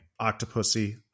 Octopussy